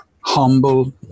humble